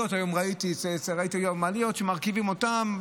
ראיתי היום מעליות שמרכיבים אותן,